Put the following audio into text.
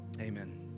amen